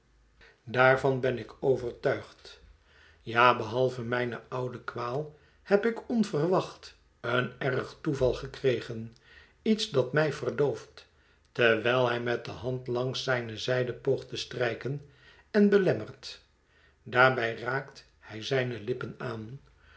daarvan ben ik overtuigd ja behalve mijne oude kwaal heb ik onverwacht een erg toeval gekregen iets dat mij verdooft terwijl hij met de hand langs zijne zijde poogt te strijken en belemmert daarbij raakt hij zijne lippen aan